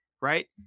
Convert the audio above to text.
right